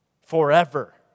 forever